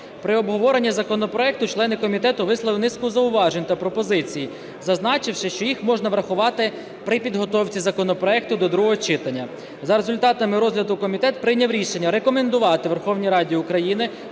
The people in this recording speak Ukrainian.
При обговоренні законопроекту члени комітету внесли низку зауважень та пропозицій, зазначивши, що їх можна врахувати при підготовці законопроекту до другого читання. За результатами розгляду комітет прийняв рішення рекомендувати Верховній Раді України